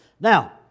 Now